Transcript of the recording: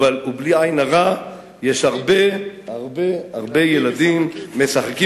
ובלי עין רעה יש הרבה הרבה הרבה ילדים משחקים